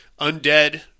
undead